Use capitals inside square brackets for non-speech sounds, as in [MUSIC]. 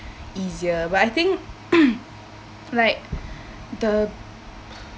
easier but I think [COUGHS] like the